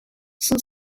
son